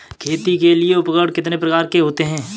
खेती के लिए उपकरण कितने प्रकार के होते हैं?